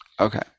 Okay